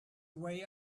way